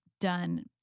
done